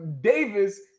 Davis